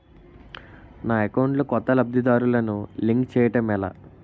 నా అకౌంట్ లో కొత్త లబ్ధిదారులను లింక్ చేయటం ఎలా?